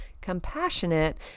compassionate